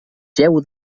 jeu